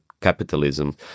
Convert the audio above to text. capitalism